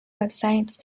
websites